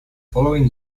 following